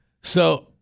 So-